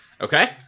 Okay